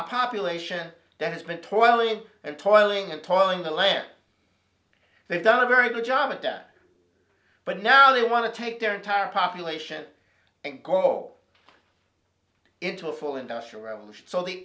population that has been toiling and toiling and toiling the land they've done a very good job at that but now they want to take their entire population and go into a full industrial revolution so the